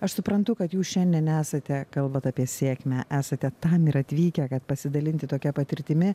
aš suprantu kad jūs šiandien esate kalbat apie sėkmę esate tam ir atvykę kad pasidalinti tokia patirtimi